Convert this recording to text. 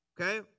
Okay